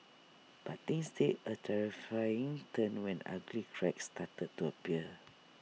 but things take A terrifying turn when ugly cracks started to appear